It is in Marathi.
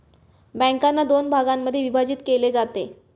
बँकांना दोन भागांमध्ये विभाजित केले जाते